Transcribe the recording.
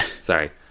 Sorry